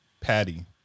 patty